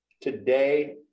today